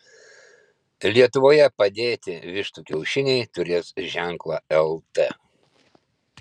lietuvoje padėti vištų kiaušiniai turės ženklą lt